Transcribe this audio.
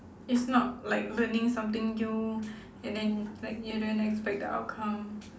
it's not like learning something new and then like you don't expect the outcome